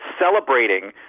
celebrating